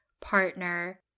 partner